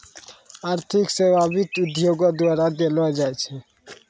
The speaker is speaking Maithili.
आर्थिक सेबा वित्त उद्योगो द्वारा देलो जाय छै